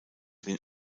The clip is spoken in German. den